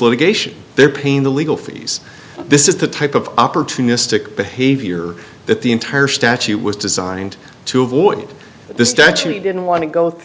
litigation their pain the legal fees this is the type of opportunistic behavior that the entire statute was designed to avoid the statute didn't want to go